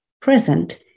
present